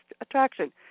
attraction